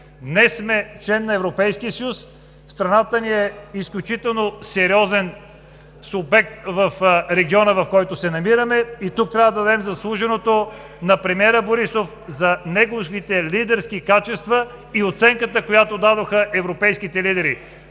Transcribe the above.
Днес сме член на Европейския съюз. Страната ни е изключително сериозен субект в региона, в който се намираме. Тук трябва да отдадем заслуженото на премиера Борисов за неговите лидерски качества и за оценката, която дадоха европейските лидери.